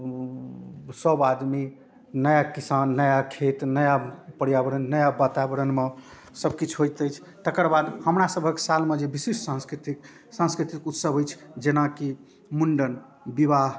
सब आदमी नया किसान नया खेत नया पर्यावरण नया वातावरणमे सबकिछु होइत अछि तकर बाद हमरासबके सालमे जे विशेष साँस्कृतिक साँस्कृतिक उत्सव अछि जेनाकि मुण्डन विवाह